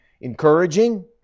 encouraging